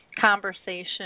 conversation